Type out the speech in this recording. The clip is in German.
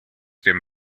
dem